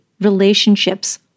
relationships